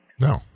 No